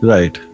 Right